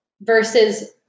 versus